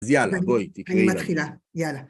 אז יאללה, בואי תקריאי לנו. אני מתחילה, יאללה.